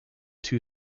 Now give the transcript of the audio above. two